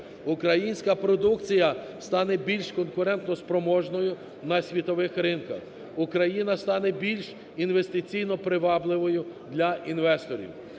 Українська продукція стане більш конкурентоспроможною на світових ринках, Україна стане більш інвестиційно привабливою для інвесторів,